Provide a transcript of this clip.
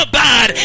bad